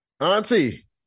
Auntie